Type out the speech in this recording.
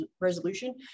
resolution